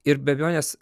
ir bėgiojęs